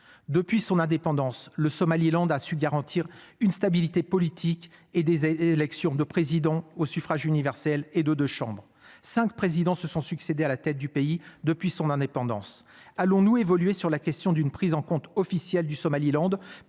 depuis son indépendance, le Somaliland a su garantir une stabilité politique et des élections de président au suffrage universel et de de chambres 5 présidents se sont succédé à la tête du pays depuis son indépendance, allons-nous évoluer sur la question d'une prise en compte officiel du Somaliland